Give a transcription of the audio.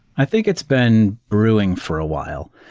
i think it's been ruling for a while,